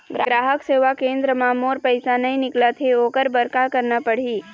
ग्राहक सेवा केंद्र म मोर पैसा नई निकलत हे, ओकर बर का करना पढ़हि?